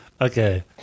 Okay